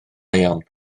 iawn